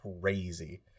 crazy